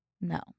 No